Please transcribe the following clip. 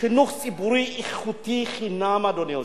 חינוך ציבורי איכותי חינם, אדוני היושב-ראש.